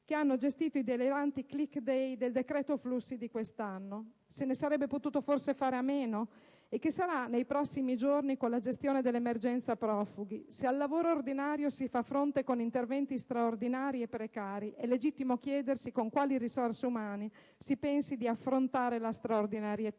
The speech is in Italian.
che hanno gestito i deliranti *click day* del decreto flussi di quest'anno: se ne sarebbe potuto forse fare a meno? E che sarà nei prossimi giorni con la gestione dell'emergenza profughi? Se al lavoro ordinario si fa fronte con interventi straordinari e precari, è legittimo chiedersi con quali risorse umane si pensi di affrontare la straordinarietà